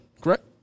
correct